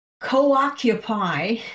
co-occupy